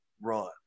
run